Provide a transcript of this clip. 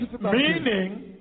meaning